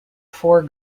four